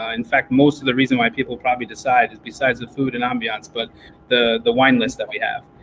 ah in fact, most of the reason why people probably decide, besides the food and ambiance, but the the wine list that we have.